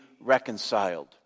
reconciled